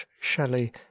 Shelley